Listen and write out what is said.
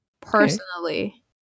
Personally